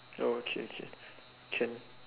oh okay okay can